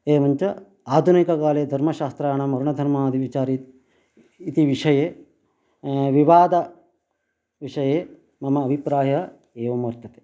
एवञ्च आधुनिककाले धर्मशास्त्राणां वर्ण धर्मादिविचारः इति विषये विवादविषये मम अभिप्राय एवं वर्तते